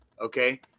okay